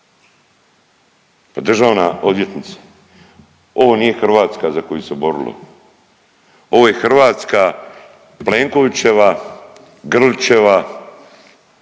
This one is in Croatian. državna odvjetnice ovo nije Hrvatska za koju se borilo, ovo je Hrvatska Plenkovićeva, Grlićeva